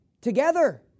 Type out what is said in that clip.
together